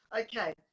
Okay